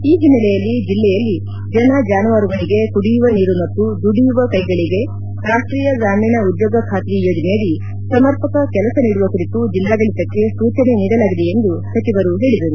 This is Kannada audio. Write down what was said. ಈ ಹಿನ್ನೆಲೆಯಲ್ಲಿ ಜಿಲ್ಲೆಯಲ್ಲಿ ಜನ ಜಾನುವಾರುಗಳಿಗೆ ಕುಡಿಯುವ ನೀರು ಮತ್ತು ದುಡಿಯುವ ಕೈಗಳಿಗೆ ರಾಷ್ಷೀಯ ಗ್ರಾಮೀಣ ಉದ್ಯೋಗ ಖಾತ್ರಿ ಯೋಜನೆಯಡಿ ಸಮರ್ಪಕ ಕೆಲಸ ನೀಡುವ ಕುರಿತು ಜಿಲ್ಲಾಡಳಿತಕ್ಕೆ ಸೂಚನೆ ನೀಡಲಾಗಿದೆ ಎಂದು ಸಚಿವರು ಹೇಳಿದರು